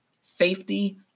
safety